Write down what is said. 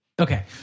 Okay